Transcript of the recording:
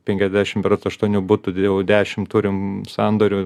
penkiasdešimt berods aštuonių butų jau dešimt turim sandorių